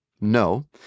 No